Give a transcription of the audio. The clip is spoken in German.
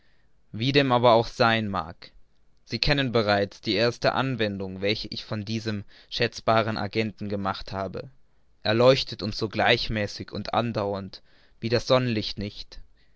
wie dem aber auch sein mag sie kennen bereits die erste anwendung welche ich von diesem schätzbaren agenten gemacht habe er leuchtet uns so gleichmäßig und andauernd wie das sonnenlicht